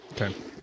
Okay